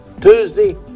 Tuesday